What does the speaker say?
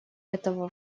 этого